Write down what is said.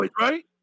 right